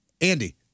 Andy